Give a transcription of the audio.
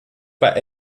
bei